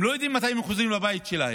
הם לא יודעים מתי הם חוזרים לבית שלהם.